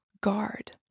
guard